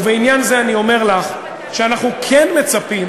ובעניין זה אני אומר לך שאנחנו כן מצפים,